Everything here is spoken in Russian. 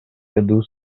году